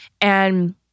And-